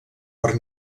per